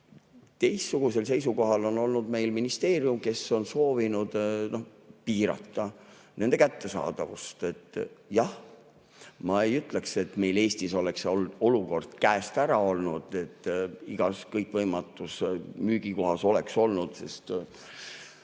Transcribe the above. Teistsugusel seisukohal on olnud ministeerium, kes on soovinud piirata nende kättesaadavust. Jah, ma ei ütleks, et meil Eestis oleks see olukord käest ära, et igas kõikvõimatus müügikohas neid oleks olnud.